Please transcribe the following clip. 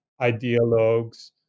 ideologues